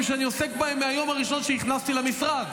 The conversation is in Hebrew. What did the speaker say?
שאני עוסק בהם מהיום הראשון שנכנסתי למשרד: